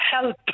help